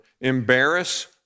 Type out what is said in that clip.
embarrass